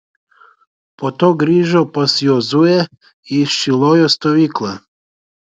po to grįžo pas jozuę į šilojo stovyklą